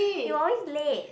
you're always late